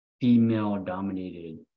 female-dominated